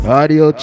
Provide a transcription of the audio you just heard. audio